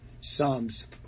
Psalms